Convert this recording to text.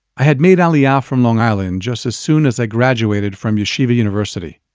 i had made aliyah from long island just as soon as i graduated from yeshiva university.